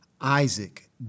Isaac